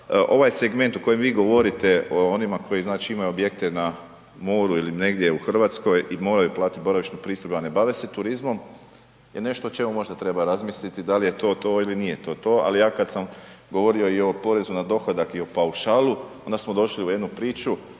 ovaj segment o kojim vi govorite, o onima koji znači imaju objekte na moru ili negdje u Hrvatskoj i moraju platiti boravišnu pristojbu a ne bave se turizmom, je nešto o čemu možda treba razmisliti, da li je to to ili nije to to, ali ja kada sam govorio i o porezu na dohodak i o paušalu, onda smo došli u jednu priču,